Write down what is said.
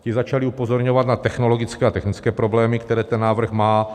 Ti začali upozorňovat na technologické a technické problémy, které ten návrh má.